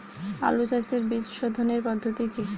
আলু চাষের বীজ সোধনের পদ্ধতি কি?